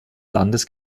landes